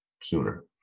sooner